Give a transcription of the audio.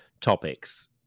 topics